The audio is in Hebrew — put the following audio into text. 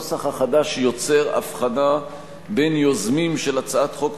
הנוסח החדש יוצר הבחנה בין יוזמים של הצעת חוק